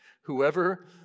Whoever